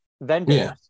vendors